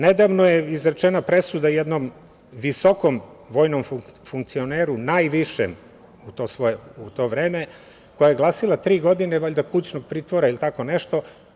Nedavno je izrečena presuda jednom visokom vojnom funkcioneru, najvišem u to vreme, koja je glasila – tri godine kućnog pritvora ili tako nešto.